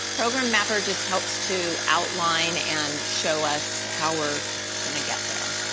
program mapper just helps to outline and show us how we're gonna get there.